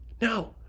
No